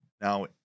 now